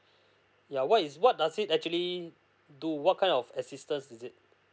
yeah what is what does it actually do what kind of assistance is it